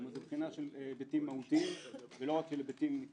כלומר זה בחינה של היבטים מהותיים ולא רק טכניים.